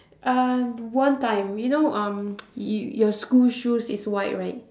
uh one time you know um y~ your school shoes is white right